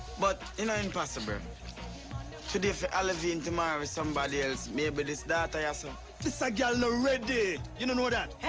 but it not impossible. today for olivine, tomorrow for somebody else. maybe this daughter, yah-so. um this ah gai no ready! you know that! hey,